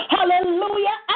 Hallelujah